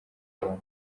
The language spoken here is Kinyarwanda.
kagame